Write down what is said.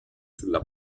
sulla